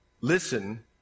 listen